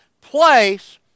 place